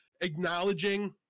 acknowledging